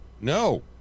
No